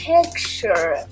Picture